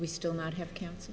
we still not have cancer